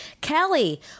Kelly